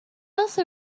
also